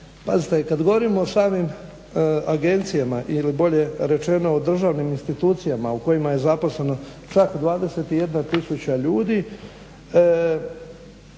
kad govorimo o samim agencijama ili bolje rečeno o državnim institucijama u kojima je zaposleno čak 21 000, onda